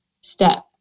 step